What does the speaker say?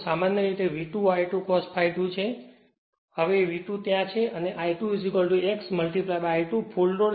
હવે V2 ત્યાં છે અને I2 x I2 full load જે I2 x I2 fl ની કિંમતને મૂકે છે